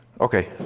okay